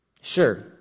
Sure